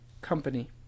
company